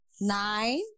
Nine